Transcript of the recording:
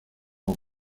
aux